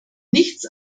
nichts